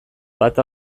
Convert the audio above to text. bata